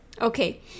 Okay